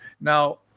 Now